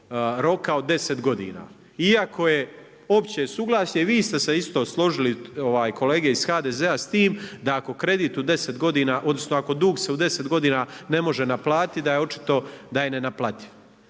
roka od 10 godina. Iako je opće suglasje, vi ste se isto složili, kolege iz HDZ-a s tim, da ako kredit od 10 godina, odnosno ako dug se u 10 godina ne može naplatiti, da je očito da je nenaplativ.